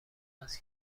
است